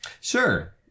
sure